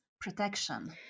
protection